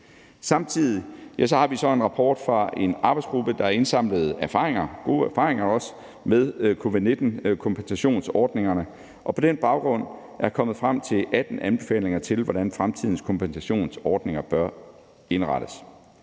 Samtidig har vi så en rapport fra en arbejdsgruppe, der indsamler erfaringer, også gode erfaringer, med covid-19-kompensationsordningerne, og på den baggrund er man kommet frem til 18 anbefalinger til, hvordan fremtidens kompensationsordninger bør indrettes.